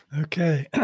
Okay